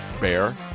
Bear